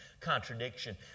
contradiction